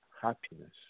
Happiness